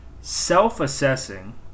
self-assessing